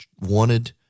wanted